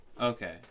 Okay